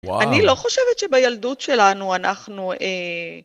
אני לא חושבת שבילדות שלנו, אנחנו...